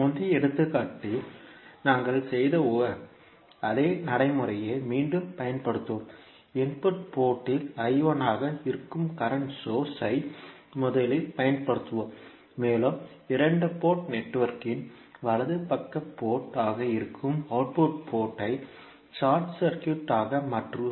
முந்தைய எடுத்துக்காட்டில் நாங்கள் செய்த அதே நடைமுறையை மீண்டும் பயன்படுத்துவோம் இன்புட் போர்ட் இல் ஆக இருக்கும் கரண்ட் சோர்ஸ் ஐ முதலில் பயன்படுத்துவோம் மேலும் இரண்டு போர்ட் நெட்வொர்க்கின் வலது பக்க போர்ட் ஆக இருக்கும் அவுட்புட் போர்ட் ஐ ஷார்ட் சர்க்யூட் ஆக மாற்றுவோம்